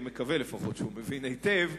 אני מקווה לפחות שהוא מבין היטב,